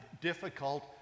difficult